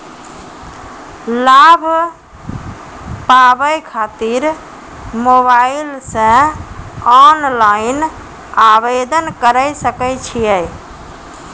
लाभ पाबय खातिर मोबाइल से ऑनलाइन आवेदन करें सकय छियै?